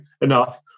enough